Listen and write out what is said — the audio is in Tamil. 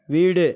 வீடு